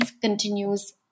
continues